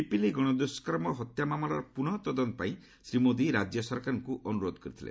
ପିପିଲି ଗଣଦୂଷ୍କର୍ମ ଓ ହତ୍ୟା ମାମଲାର ପୁନଃ ତଦନ୍ତ ପାଇଁ ଶ୍ରୀ ମୋଦୀ ରାଜ୍ୟ ସରକାରଙ୍କୁ ଅନୁରୋଧ କରିଥିଲେ